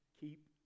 keep